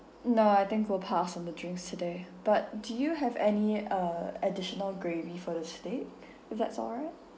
no I think we'll pass on the drinks today but do you have any uh additional gravy for the steak if that's alright